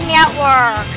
Network